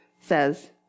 says